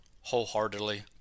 wholeheartedly